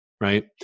Right